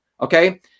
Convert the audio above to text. Okay